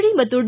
D ಮತ್ತು D